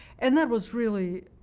and that was really